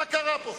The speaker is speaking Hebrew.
מה קרה פה?